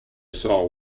saw